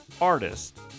artist